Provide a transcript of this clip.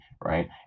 right